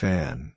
Fan